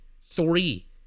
three